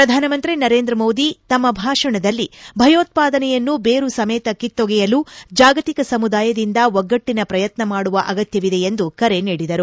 ಪ್ರಧಾನಮಂತ್ರಿ ನರೇಂದ್ರ ಮೋದಿ ತಮ್ನ ಭಾಷಣದಲ್ಲಿ ಭಯೋತ್ವಾದನೆಯನ್ನು ಬೇರು ಸಮೇತ ಕಿತ್ತೊಗೆಯಲು ಜಾಗತಿಕ ಸಮುದಾಯದಿಂದ ಒಗ್ಗಟ್ಟಿನ ಪ್ರಯತ್ನ ಮಾಡುವ ಅಗತ್ಯವಿದೆ ಎಂದು ಕರೆ ನೀಡಿದರು